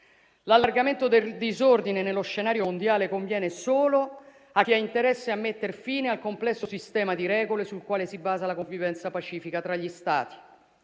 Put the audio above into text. L'allargamento del disordine nello scenario mondiale conviene solo a chi ha interesse a mettere fine al complesso sistema di regole sul quale si basa la convivenza pacifica tra gli Stati